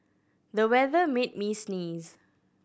the weather made me sneeze